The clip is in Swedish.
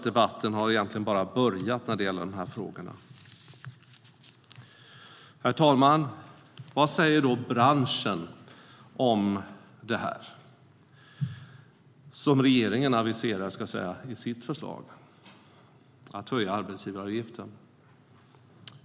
Debatten har bara börjat i dessa frågor. Herr talman! Vad säger branschen om vad regeringen aviserar i sitt förslag om att höja arbetsgivaravgiften?